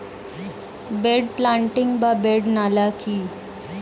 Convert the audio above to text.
Bed planting বা bed নালা কি?